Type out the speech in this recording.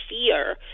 fear